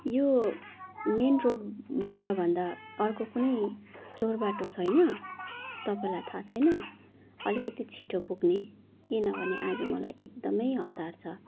यो मेन रोडबाटभन्दा अर्को कुनै चोरबाटो छैन तपाईँलाई थाहा छैन अलिकति छिटो पुग्ने किनभने आजु मलाई एकदमै हतार छ